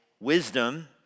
Wisdom